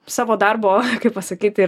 savo darbo kaip pasakyti ir